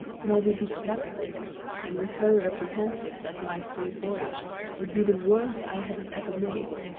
nor with this captain and was very apprehensive that my free voyage would be the worst i had ever made.